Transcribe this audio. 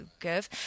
give